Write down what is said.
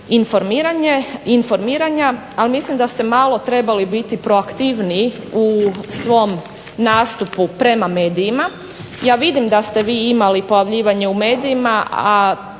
informiranja, ali mislim da ste malo trebali biti proaktivniji u svom nastupu prema medijima. Ja vidim da ste vi imali pojavljivanje u medijima,